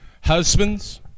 Husbands